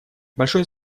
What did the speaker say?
большое